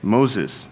Moses